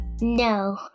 No